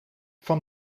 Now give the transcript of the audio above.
van